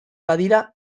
badira